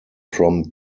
from